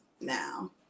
now